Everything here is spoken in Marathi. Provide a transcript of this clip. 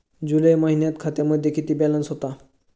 जुलै महिन्यात खात्यामध्ये किती बॅलन्स होता?